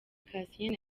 cassien